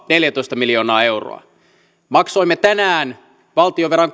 neljätoista miljoonaa euroa maksoimme tänään yksinään valtionvelan